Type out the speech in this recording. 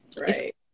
right